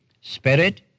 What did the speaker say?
spirit